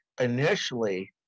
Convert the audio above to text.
initially